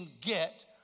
get